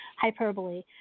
hyperbole